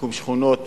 שיקום שכונות,